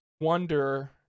wonder